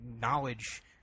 knowledge